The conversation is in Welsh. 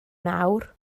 nawr